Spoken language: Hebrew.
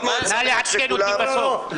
נא לעדכן אותי בסוף.